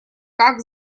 как